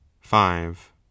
five